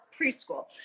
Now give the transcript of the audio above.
preschool